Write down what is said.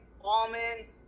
almonds